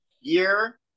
year